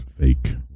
fake